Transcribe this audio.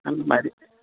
அந்த மாதிரி